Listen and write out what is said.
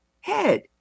head